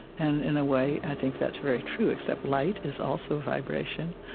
and in a way, i think that's very true, except light is also vibration.